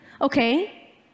Okay